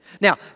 Now